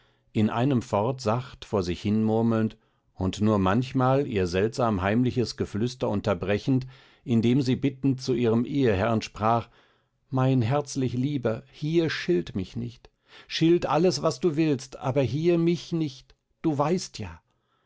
in einem fort sacht vor sich hinmurmelnd und nur manchmal ihr seltsam heimliches geflüster unterbrechend indem sie bittend zu ihrem ehherrn sprach mein herzlichlieber hier schilt mich nicht schilt alles was du willst aber hier mich nicht du weißt ja